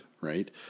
right